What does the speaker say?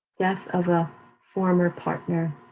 death of a former partner,